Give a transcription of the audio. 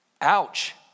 Ouch